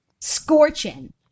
Scorching